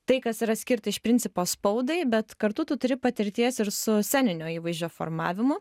tai kas yra skirta iš principo spaudai bet kartu tu turi patirties ir su sceninio įvaizdžio formavimu